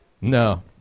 No